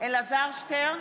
אלעזר שטרן,